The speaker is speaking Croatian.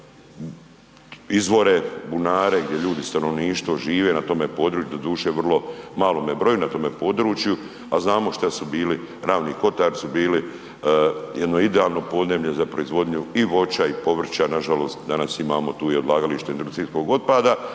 izvore, bunare, gdje ljudi, stanovništvo žive na tome području, doduše vrlo malome broju na tome području, a znamo šta su bili, Ravni Kotari su bili jedno idealno podneblje za proizvodnju i voća i povrća, nažalost danas imamo tu i odlagalište industrijskog otpada